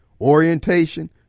orientation